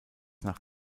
nach